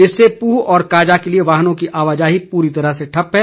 इससे पूह और काजा के लिए वाहनों की आवाजाही पूरी तरह ठप्प है